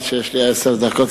עד שיש לי עשר דקות,